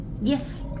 Yes